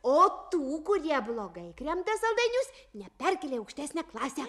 o tų kurie blogai kremta saldainius neperkelia į aukštesnę klasę